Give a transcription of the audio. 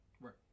right